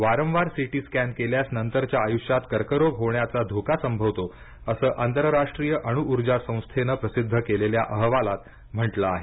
वारंवार CT scan केल्यास नंतरच्या आयुष्यात कर्करोग होण्याचा धोका संभवतोअसं आंतरराष्ट्रीय अणु उर्जा संस्थेनं प्रसिद्ध केलेल्या अहवालात म्हटलं आहे